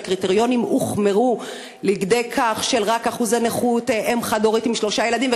והקריטריונים הוחמרו רק לכדי אחוזי נכות ואם חד-הורית עם שלושה ילדים,